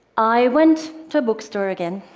i went to a bookstore again,